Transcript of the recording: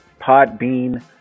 Podbean